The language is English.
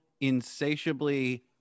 insatiably